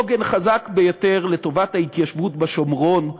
עוגן חזק ביותר לטובת ההתיישבות בשומרון.